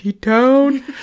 town